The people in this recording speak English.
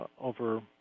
over